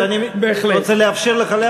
אבל אני רוצה לאפשר לך להשיב,